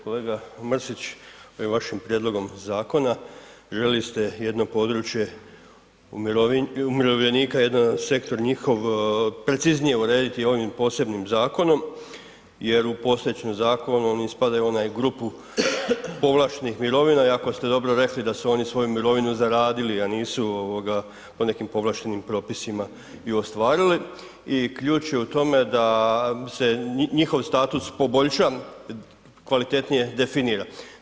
Kolega Mrsić, ovim vašim prijedlogom zakona željeli ste jedno područje umirovljenika, jedan sektor njihov preciznije urediti ovim posebnim zakonom jer u postojećem zakonu oni spadaju u onu grupu povlaštenih mirovina iako ste dobro rekli da su oni svoju mirovinu zaradili, a nisu po nekim povlaštenim propisima ju ostvarili i ključ je u tome da se njihov status poboljša, kvalitetnije definira.